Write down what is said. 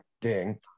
Ding